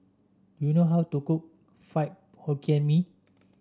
do you know how to cook Fried Hokkien Mee